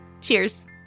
Cheers